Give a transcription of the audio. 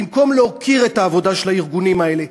במקום להוקיר את העבודה של הארגונים האלה,